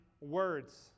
words